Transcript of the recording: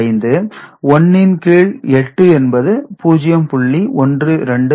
125 1 இன் கீழ் 8 என்பது 0